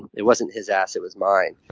it wasn't his ass it was mine.